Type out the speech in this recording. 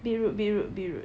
beetroot beetroot beetroot